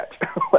catch